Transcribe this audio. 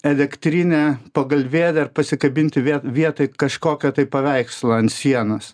elektrinę pagalvėlę ir pasikabinti vietoj kažkokio tai paveikslo ant sienos